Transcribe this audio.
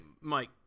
Mike